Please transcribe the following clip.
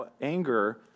anger